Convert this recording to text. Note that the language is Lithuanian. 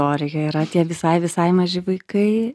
poreikio yra tie visai visai maži vaikai